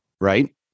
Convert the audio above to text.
right